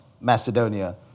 Macedonia